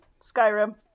Skyrim